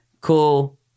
cool